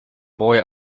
boy